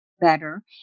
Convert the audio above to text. better